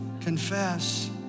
confess